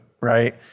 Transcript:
right